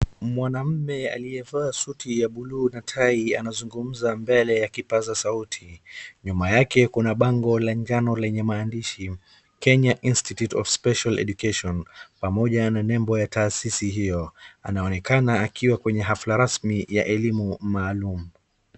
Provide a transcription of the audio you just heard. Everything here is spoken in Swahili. Mwanamme aliyevaa suti ya buluu na tai anazungumza mbele ya kipaza sauti, nyuma yake kuna bango la njano lenye maandishi Kenya Institute of Special Education pamoja na nembo ya taasisi hiyo. Anaonekana akiwa kwenye hafla rasmi ya elimu maalum.